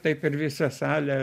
taip ir visa salė